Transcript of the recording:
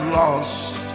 lost